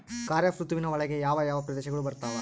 ಖಾರೇಫ್ ಋತುವಿನ ಒಳಗೆ ಯಾವ ಯಾವ ಪ್ರದೇಶಗಳು ಬರ್ತಾವ?